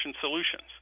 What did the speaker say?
solutions